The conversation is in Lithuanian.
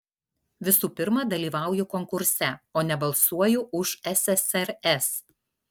visų pirma dalyvauju konkurse o ne balsuoju už ssrs